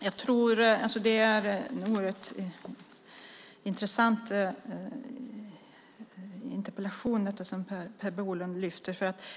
Fru talman! Det är en oerhört intressant interpellation som Per Bolund har ställt.